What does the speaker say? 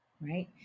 right